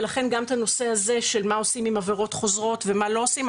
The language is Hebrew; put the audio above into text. ולכן גם את הנושא הזה של מה עושים עם עבירות חוזרות ומה לא עושים,